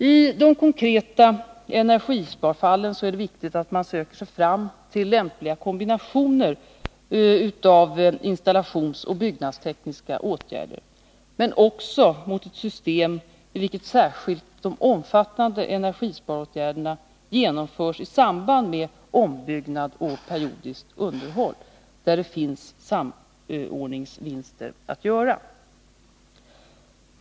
I de konkreta energisparfallen är det viktigt att man söker sig fram till lämpliga kombinationer av installationsåtgärder och byggnadstekniska åtgärder, men också mot ett system i vilket särskilt de omfattande energisparåtgärderna genomförs i samband med ombyggnad och periodiskt underhåll, då det finns samordningsvinster att göra.